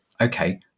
okay